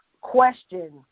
question